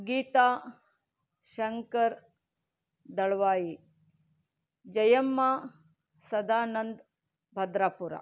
Geetha Shankar Dalwai Jayamma Sadanand Bhadrapura